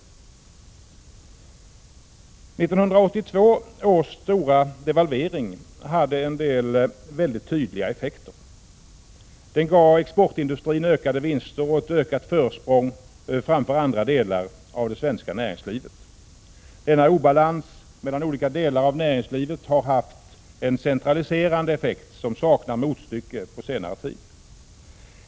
1982 års överstora devalvering hade en del väldigt tydliga effekter. Den gav exportindustrin ökade vinster och ett ökat försprång framför andra delar av det svenska näringslivet. Denna obalans mellan olika delar av näringslivet har haft en centraliserande effekt, som saknar motstycke på senare tid.